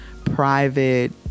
Private